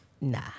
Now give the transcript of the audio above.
Nah